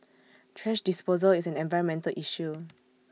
thrash disposal is an environmental issue